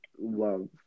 love